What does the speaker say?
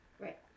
Right